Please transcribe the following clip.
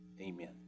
Amen